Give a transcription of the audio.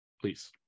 please